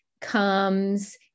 comes